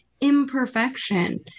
imperfection